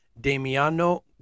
Damiano